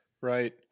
Right